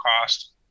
cost